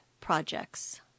projects